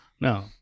No